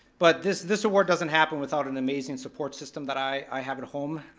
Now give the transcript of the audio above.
but this this award doesn't happen without an amazing support system that i have at home.